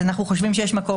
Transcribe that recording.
אז מי ייתן מענה?